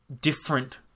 different